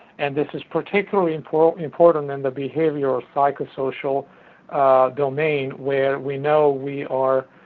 and this is particularly important important in the behavioral psychosocial domain where we know we are